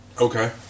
okay